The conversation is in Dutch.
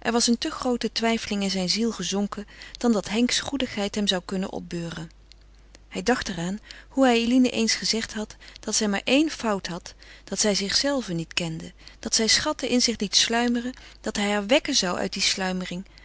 er was een te groote vertwijfeling in zijn ziel gezonken dan dat henks goedigheid hem zou kunnen opbeuren hij dacht er aan hoe hij eline eens gezegd had dat zij maar éen fout had dat zij zichzelve niet kende dat zij schatten in zich liet sluimeren dat hij haar wekken zou uit die sluimering